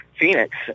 Phoenix